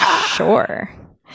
Sure